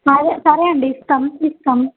సరే సరే అండి ఇస్తాం ఇస్తాం